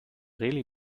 really